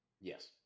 Yes